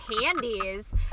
candies